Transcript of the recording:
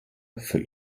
für